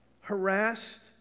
harassed